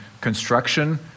construction